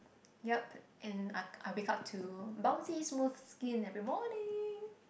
yup and I I wake to bouncy smooth skin every morning